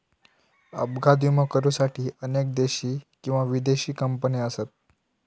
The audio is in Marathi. अपघात विमो करुसाठी अनेक देशी किंवा विदेशी कंपने असत